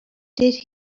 did